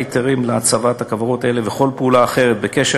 הקצאת היתרים להצבת הכוורות האלה וכל פעולה אחרת בקשר